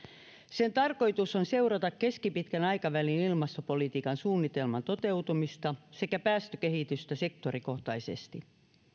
sen tarkoitus on seurata keskipitkän aikavälin ilmastopolitiikan suunnitelman toteutumista sekä päästökehitystä sektorikohtaisesti